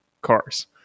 cars